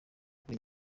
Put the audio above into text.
kuri